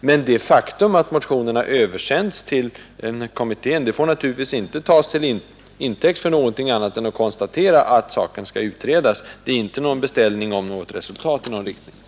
Men det faktum att motionerna översänts till kommittén får naturligtvis inte tas till intäkt för något annat än ett konstaterande av att saken skall utredas. Det är inte fråga om någon beställning av ett resultat i någon riktning.